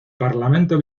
parlamento